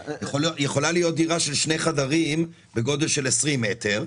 יכולה להיות דירה של שני חדרים בגודל של 20 מ"ר,